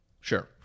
Sure